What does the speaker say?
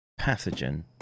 pathogen